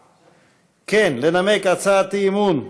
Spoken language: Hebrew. כן, לנמק הצעת אי-אמון בשם: